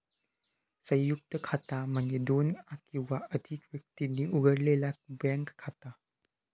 संयुक्त खाता म्हणजे दोन किंवा अधिक व्यक्तींनी उघडलेला बँक खाता